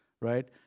right